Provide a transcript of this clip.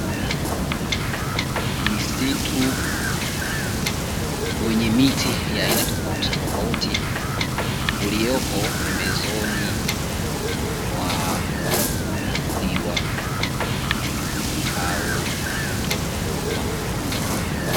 Msitu wenye miti ya aina tofautitofauti ulioko pembezoni mwa ziwa au mto mkubwa.